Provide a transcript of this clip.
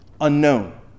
unknown